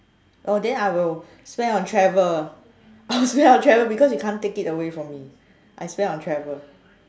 oh then I'll spend on travel I'll spend on travel because you can't take it away from me I'll spend on travel